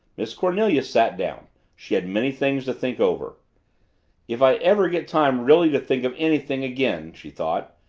miss cornelia sat down she had many things to think over if i ever get time really to think of anything again, she thought,